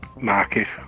Marcus